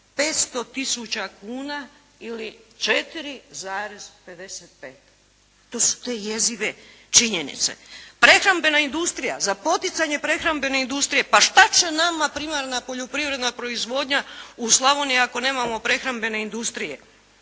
500 tisuća kuna ili 4,55. To su jezive činjenice. Prehrambena industrija, za poticanje prehrambene industrije. Pa šta će nama primarna poljoprivredna proizvodnja u Slavoniji ako nemamo prehrambene industrije?